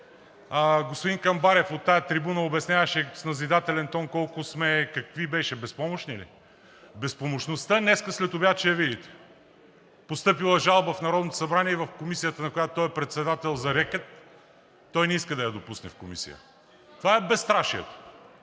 Господин Камбарев от тази трибуна обясняваше с назидателен тон колко сме какви беше, безпомощни ли? Безпомощността днес следобед ще я видите. Постъпила е жалба в Народното събрание и в Комисията, на която той е председател, за рекет. Той не иска да я допусне в Комисията – това е безстрашието.